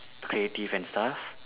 creative and stuff